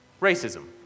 Racism